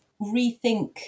rethink